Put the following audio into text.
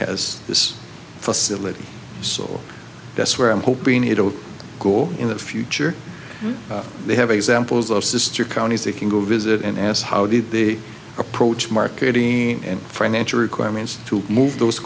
has this facility so that's where i'm hoping it'll go in the future they have examples of sister counties they can go visit and ask how did the approach marketing in french requirements to move those